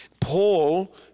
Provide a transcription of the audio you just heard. Paul